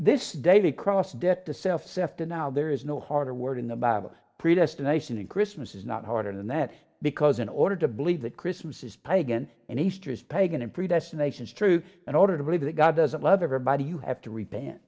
this daily cross death to self have to now there is no harder word in the bible predestination and christmas is not harder than that because in order to believe that christmas is pagan and easter is pagan and predestination is true in order to believe that god doesn't love everybody you have to re